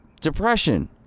Depression